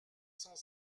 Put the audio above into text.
sans